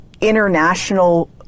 international